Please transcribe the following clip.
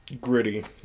Gritty